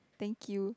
thank you